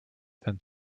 than